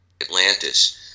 Atlantis